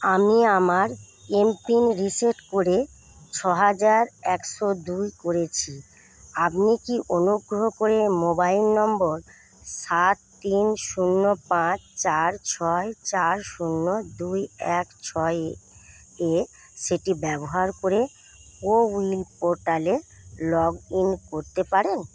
আমি আমার MPIN reset করে ছ হাজার একশো দুই করেছি আপনি কি অনুগ্রহ করে মোবাইল নম্বর সাত তিন শূন্য পাঁচ চার ছয় চার শূন্য দুই এক ছয়ে এ সেটি ব্যবহার করে কোউইন পোর্টালে লগ ইন করতে পারেন